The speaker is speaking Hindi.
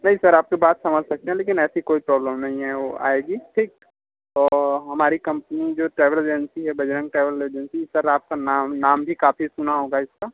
नहीं सर आपकी बात समझ सकते हैं लेकिन ऐसी कोई प्रॉब्लम नहीं है आएगी ठीक और हमारी कंपनी जो ट्रैवल एजेंसी है बजरंग ट्रैवल एजेंसी सर आपका नाम नाम भी काफ़ी सुना होगा इसका